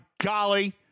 golly